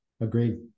Agreed